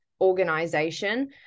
organization